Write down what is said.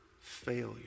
failure